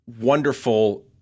wonderful